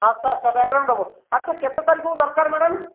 ଆଚ୍ଛା ଆଚ୍ଛା ବ୍ୟାକ୍ଗ୍ରାଉଣ୍ଡ୍ ହବ ଆଚ୍ଛା କେତେ ତାରିଖକୁ ଦରକାର ମ୍ୟାଡ଼ାମ୍